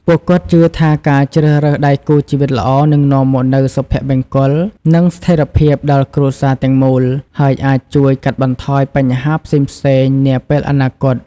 ពួកគាត់ជឿថា ការជ្រើសរើសដៃគូជីវិតល្អនឹងនាំមកនូវសុភមង្គល និងស្ថិរភាពដល់គ្រួសារទាំងមូល ហើយអាចជួយកាត់បន្ថយបញ្ហាផ្សេងៗនាពេលអនាគត។